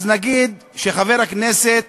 אז נגיד שחבר הכנסת,